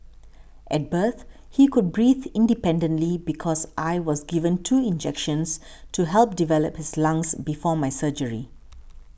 at birth he could breathe independently because I was given two injections to help develop his lungs before my surgery